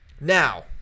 Now –